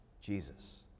Jesus